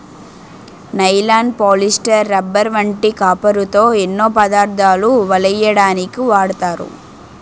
nylon, polyester, rubber వంటి కాపరుతో ఎన్నో పదార్ధాలు వలెయ్యడానికు వాడతారు